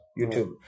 YouTube